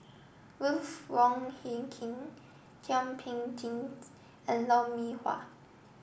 Ruth Wong Hie King Thum Ping Tjin and Lou Mee Wah